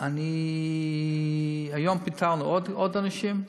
היום פיטרנו עוד אנשים.